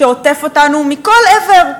שעוטף אותנו מכל עבר,